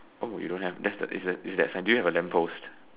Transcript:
oh you don't have that's a is that sign do you have a lamppost